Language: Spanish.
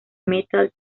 metal